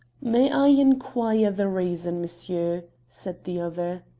may i inquire the reason, monsieur? said the other.